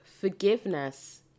forgiveness